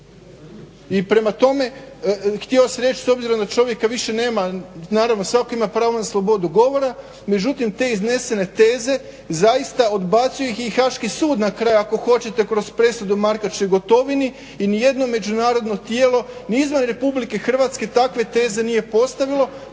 I prema tome htio sam reći s obzirom da čovjeka više nema, naravno svatko ima pravo na slobodu govora. Međutim te iznesene teze zaista odbacuju ih i Haški sud na kraju ako hoćete kroz presudu o Markaču i Gotovini i nijedno međunarodno tijelo ni izvan RH takve teze nije postavilo